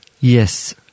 Yes